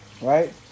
right